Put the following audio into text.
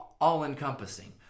all-encompassing